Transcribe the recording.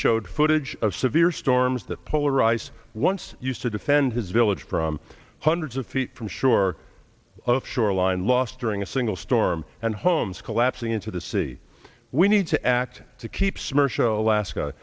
showed footage of severe storms that polar ice once used to defend his village from hundreds of feet from shore of shoreline lost during a single storm and homes collapsing into the sea we need to act to keep smersh alaska